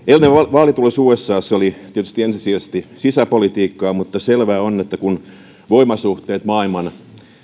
vaalitulos usassa oli tietysti ensisijaisesti sisäpolitiikkaa mutta selvää on että kun voimasuhteet maailman